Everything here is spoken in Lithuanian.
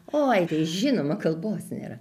oi tai žinoma kalbos nėra